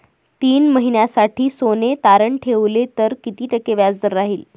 तीन महिन्यासाठी सोने तारण ठेवले तर किती टक्के व्याजदर राहिल?